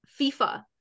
fifa